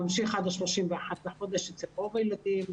השירות ממשיך עד ה-31 באוגוסט אצל רוב הילדים.